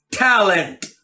talent